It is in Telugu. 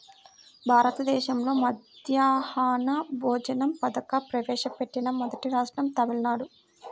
భారతదేశంలో మధ్యాహ్న భోజన పథకం ప్రవేశపెట్టిన మొదటి రాష్ట్రం తమిళనాడు